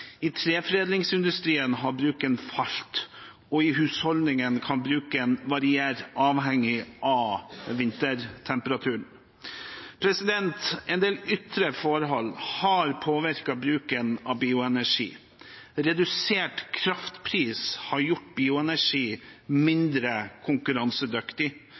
I treforedlingsbruken har bruken falt, og i husholdningene kan bruken variere, avhengig av vintertemperaturen. En del ytre forhold har påvirket bruken av bioenergi. Redusert kraftpris har gjort bioenergi mindre konkurransedyktig.